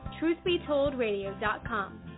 truthbetoldradio.com